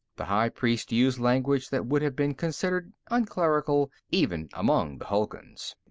the high priest used language that would have been considered unclerical even among the hulguns.